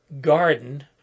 garden